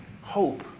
hope